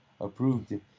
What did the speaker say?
approved